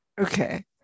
Okay